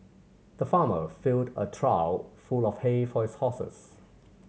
the farmer filled a trough full of hay for his horses